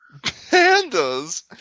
Pandas